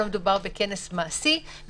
לא מדובר בכנס מעשי.